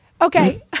Okay